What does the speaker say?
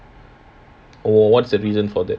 what's the reason for that